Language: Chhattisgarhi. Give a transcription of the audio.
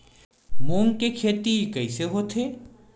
मूंग के खेती कइसे होथे?